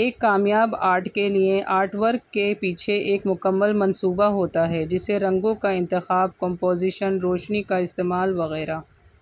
ایک کامیاب آرٹ کے لیے آرٹ ورک کے پیچھے ایک مکمل منصوبہ ہوتا ہے جسے رنگوں کا انتخاب کمپوزیشن روشنی کا استعمال وغیرہ